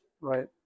right